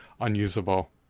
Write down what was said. unusable